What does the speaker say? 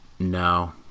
No